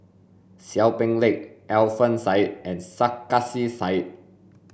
Seow Peck Leng Alfian Sa'at and Sarkasi Said